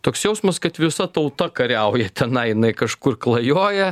toks jausmas kad visa tauta kariauja tenai jinai kažkur klajoja